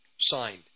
signed